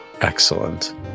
Excellent